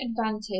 advantage